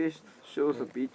place shows a beach